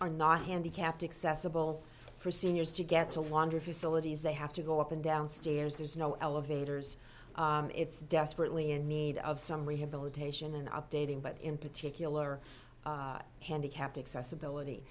are not handicapped accessible for seniors to get to wander facilities they have to go up and down stairs there's no elevators it's desperately in need of some we have built haitian and updating but in particular handicapped accessibility